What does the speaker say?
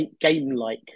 game-like